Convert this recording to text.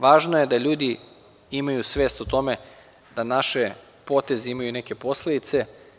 Važno je da ljudi imaju svest o tome da naše potezi imaju i neke posledice.